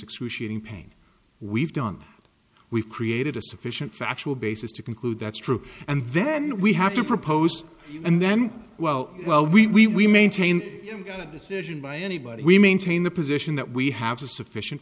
excruciating pain we've done we've created a sufficient factual basis to conclude that's true and then we have to propose and then well well we maintain you got a decision by anybody we maintain the position that we have a sufficient